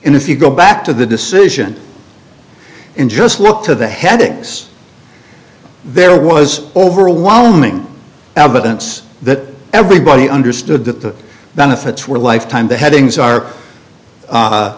and if you go back to the decision in just look to the headings there was overwhelming evidence that everybody understood that the benefits were lifetime the headings are